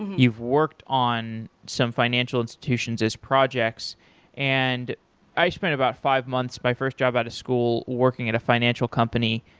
you've worked on some financial institutions as projects and i spent about five months my first job out of school working at a financial company,